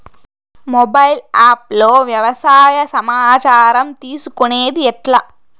Mobile app లో వ్యవసాయ సమాచారం తీసుకొనేది ఎట్లా?